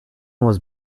was